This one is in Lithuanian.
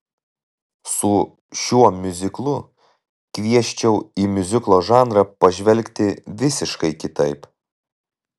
su šiuo miuziklu kviesčiau į miuziklo žanrą pažvelgti visiškai kitaip